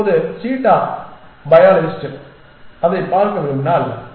இப்போது cheetah biologist அதைப் பார்க்க விரும்பினால்